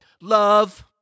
Love